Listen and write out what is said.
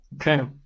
Okay